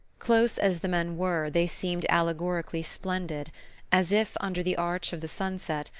close as the men were, they seemed allegorically splendid as if, under the arch of the sunset,